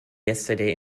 yesterday